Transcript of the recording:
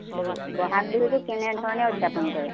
আৰু বহাগ বিহুটো কেনেধৰণে উদযাপন কৰে